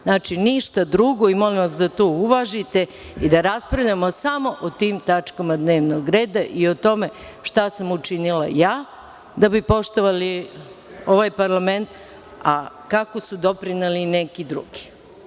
Znači, ništa drugo i molim vas da to uvažite i da raspravljamo samo o tim tačkama dnevnog reda i o tome šta sam učinila ja da bi poštovali ovaj parlament, a kako su doprineli neki drugi.